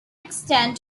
extend